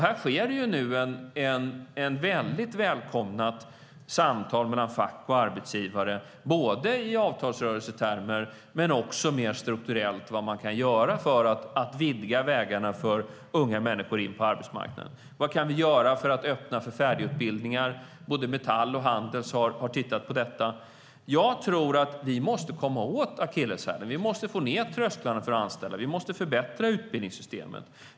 Nu pågår ett mycket välkommet samtal mellan fack och arbetsgivare både i avtalsrörelsetermer och mer strukturellt beträffande vad man kan göra för att vidga vägarna för unga människor in på arbetsmarknaden. Vad kan vi göra för att öppna för färdigutbildningar? Både Metall och Handels har tittat på det. Vi måste komma åt akilleshälen. Vi måste få ned trösklarna för att anställa. Vi måste förbättra utbildningssystemet.